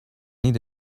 need